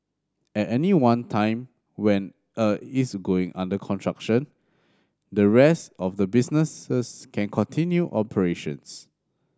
at any one time when a is undergoing construction the rest of the businesses can continue operations